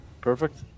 Perfect